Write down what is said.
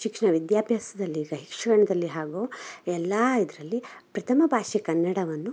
ಶಿಕ್ಷಣ ವಿದ್ಯಾಭ್ಯಾಸದಲ್ಲಿ ಈಗ ಶಿಕ್ಷಣದಲ್ಲಿ ಹಾಗೂ ಎಲ್ಲ ಇದರಲ್ಲಿ ಪ್ರಥಮ ಭಾಷೆ ಕನ್ನಡವನ್ನು